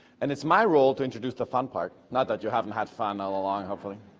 and is my role to introduce the fun part. not that you haven't had fun all along hopefully.